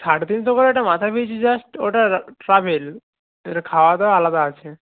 সাড়ে তিনশো করে ওটা মাথা পিছু জাস্ট ওটা ট্রাভেল এবারে খাওয়া দাওয়া আলাদা আছে